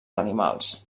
animals